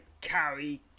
carry